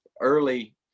early